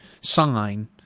sign